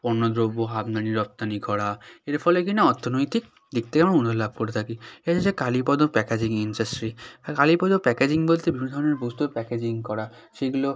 পণ্য দ্রব্য আমদানি রপ্তানি করা এর ফলে কিনা অর্থনৈতিক দিক থেকেও আমরা উন্নতি লাভ করে থাকি এই যে কালীপদ প্যাকেজিং ইন্ডাস্ট্রি কালীপদ প্যাকেজিং বলতে বিভিন্ন ধরনের বোতল প্যাকেজিং করা সেগুলো